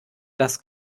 dass